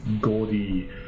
gaudy